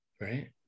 right